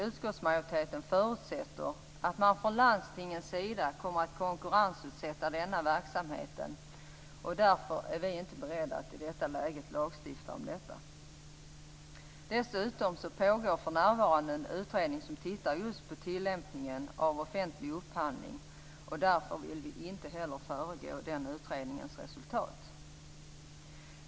Utskottsmajoriteten förutsätter att landstingen kommer att konkurrensutsätta verksamheten. Därför är vi inte beredda att lagstifta om detta i nuvarande läge. Dessutom pågår för närvarande en utredning som tittar på tillämpningen av offentlig upphandling. Därför vill vi inte heller föregå den utredningens resultat.